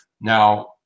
Now